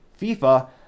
FIFA